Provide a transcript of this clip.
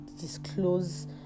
disclose